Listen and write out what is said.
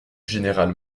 général